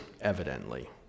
evidently